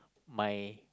my